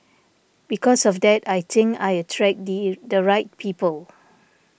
because of that I think I attract the the right people